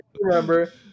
Remember